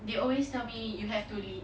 they always me you have to lead